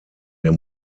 der